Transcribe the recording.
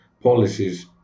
policies